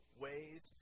ways